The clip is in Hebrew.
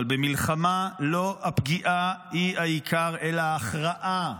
אבל במלחמה לא הפגיעה היא העיקר אלא ההכרעה.